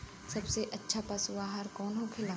सबसे अच्छा पशु आहार कौन होखेला?